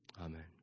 Amen